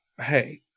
hey